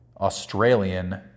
Australian